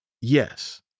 yes